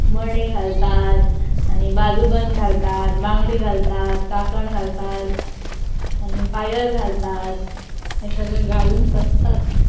मणी घालतात आनी बाजूबन घालतात बांगडे घालतात कांकण घालतात आनी पायल घालतात हे सगळे घालून सजतात